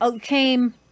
came